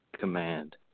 command